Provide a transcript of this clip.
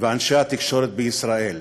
ואנשי התקשורת בישראל,